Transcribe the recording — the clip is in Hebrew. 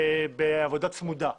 בעבודה צמודה.